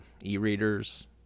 e-readers